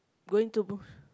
going to